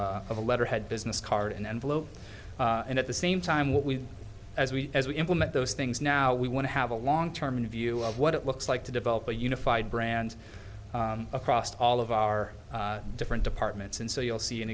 a letterhead business card and envelope and at the same time what we as we as we implement those things now we want to have a long term view of what it looks like to develop a unified brand across all of our different departments and so you'll see an